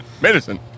Medicine